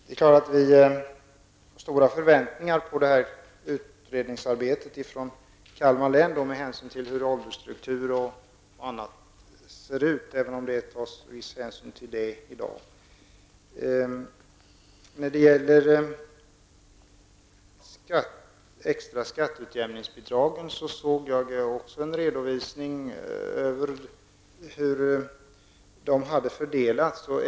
Herr talman! Det finns stora förväntningar i Kalmar län på utredningsarbetet med hänsyn till åldersstruktur osv. -- även om det tas viss hänsyn till det i dag. Vidare har vi det extra skatteutjämningsbidraget. Jag såg en redovisning över fördelningen.